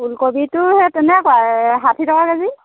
ওলকবিটো সেই তেনেকুৱাই ষাঠি টকা কে জি